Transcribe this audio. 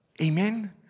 Amen